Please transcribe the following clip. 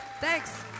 Thanks